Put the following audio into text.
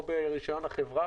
אז ברישיון החברה,